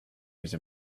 use